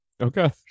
Okay